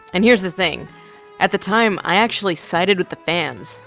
and here's the thing at the time, i actually sided with the fans.